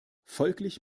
folglich